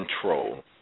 control